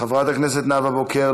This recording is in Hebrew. חברת הכנסת נאוה בוקר,